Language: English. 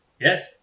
Yes